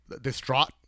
distraught